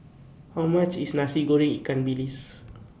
How much IS Nasi Goreng Ikan Bilis